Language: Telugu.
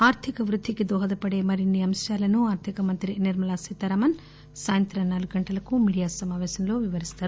ఆర్గిక వృద్గికి దోహద పడే మరిన్ని అంశాలను ఆర్గిక మంత్రి నిర్మలా సీతారామన్ సాయంత్రం నాలుగు గంటలకు మీడియా సమాపేశం లో వివరిస్తారు